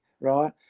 right